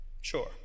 Sure